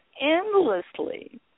endlessly